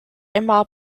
emma